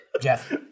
Jeff